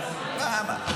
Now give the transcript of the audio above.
למה?